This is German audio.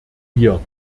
wir